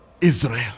Israel